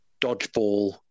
Dodgeball